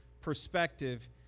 perspective